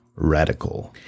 Radical